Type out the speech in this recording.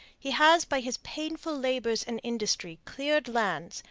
he has by his painful labours and industry cleared lands,